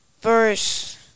verse